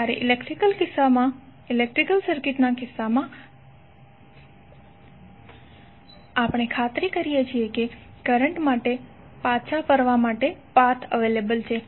જ્યારે ઇલેક્ટ્રિકલ સર્કિટના કિસ્સામાં આપણે ખાતરી કરીએ છીએ કે કરંટ માટે પરત પાછા ફરવા માટે નો પાથ છે